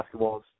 basketballs